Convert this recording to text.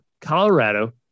Colorado